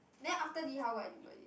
then after li-hao got anybody